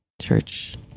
church